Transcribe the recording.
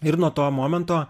ir nuo to momento